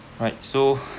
right so